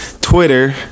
Twitter